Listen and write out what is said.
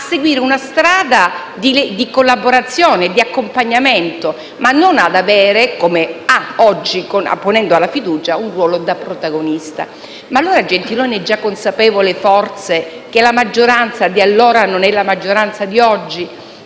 a seguire una strada di collaborazione e di accompagnamento, ma non ad avere, come ha oggi, apponendo la fiducia, un ruolo da protagonista. Forse Gentiloni Silveri è già consapevole che la maggioranza di allora non è la maggioranza di oggi,